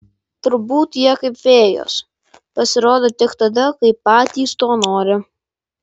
turbūt jie kaip fėjos pasirodo tik tada kai patys to nori